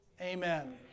Amen